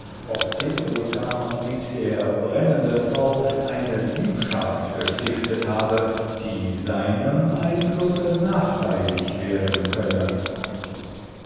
ob der wohl gar mit der brennenden frau eine liebschaft gestiftet habe die seinem einflusse nachteilig werden könne